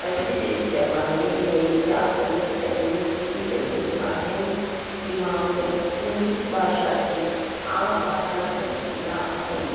अॼु जे ज़माने में इहा ग़लतिफैमियूं थी रहियूं आहिनि की माण्हूं सिंधी भाषा खे आम भाषा समुझंदा आहिनि